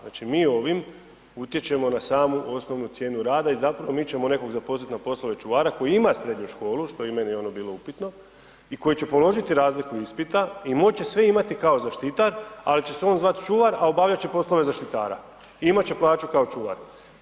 Znači mi ovim utječemo na samu osnovnu cijenu rada i mi ćemo nekoga zaposliti na poslove čuvara koji ima srednju školu, što je meni bilo upitno i koji će položiti razliku ispita i moći će imati sve kao zaštitar, ali će se on zvati čuvar, a obavljat će poslove zaštitara i imat će plaću kao čuvar.